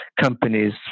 companies